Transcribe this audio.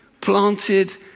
planted